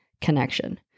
connection